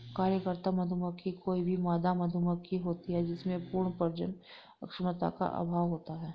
कार्यकर्ता मधुमक्खी कोई भी मादा मधुमक्खी होती है जिसमें पूर्ण प्रजनन क्षमता का अभाव होता है